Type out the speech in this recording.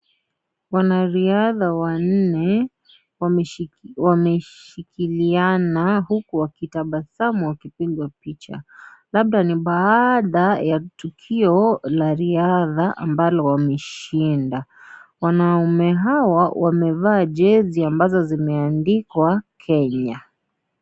Wanariadha wanne, wameshikiliana huku wakitabasamu wakipiga picha, labda ni baada ya tukio la riadha, ambalo wameshinda. Wanaume hawa, wamevaa jezi ambazo zimeandikwa Kenya.